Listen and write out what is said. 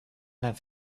have